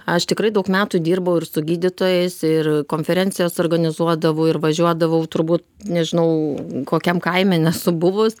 aš tikrai daug metų dirbau ir su gydytojais ir konferencijas organizuodavau ir važiuodavau turbūt nežinau kokiam kaime nesu buvus